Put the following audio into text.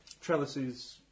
trellises